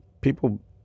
people